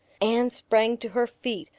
anne sprang to her feet,